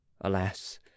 alas